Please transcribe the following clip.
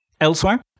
Elsewhere